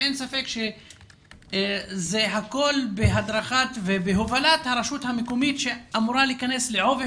אין ספק שזה הכול בהדרכת ובהובלת הרשות המקומית שאמורה להיכנס לעובי